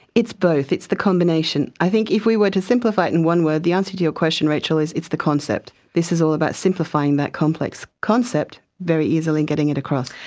it's both. it's the combination. i think if we were to simplify it in one word, the answer to your question, rachel, is it's the concept. this is all about simplifying that complex concept and very easily getting it across.